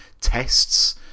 tests